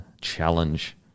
challenge